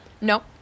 nope